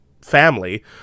family